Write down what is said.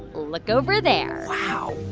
look over there wow.